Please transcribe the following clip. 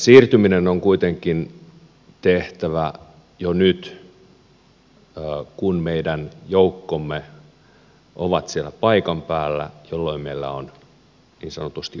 siirtyminen on kuitenkin tehtävä jo nyt kun meidän joukkomme ovat siellä paikan päällä jolloin meillä on niin sanotusti omaa turvaa